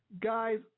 guys